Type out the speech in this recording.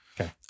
Okay